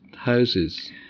houses